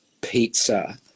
pizza